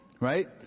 right